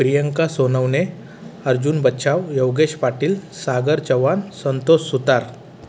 Priyanka Sonawane Arjun Bachhav Yogesh Patil Sagar Chavan Santosh Sutar